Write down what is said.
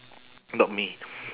not me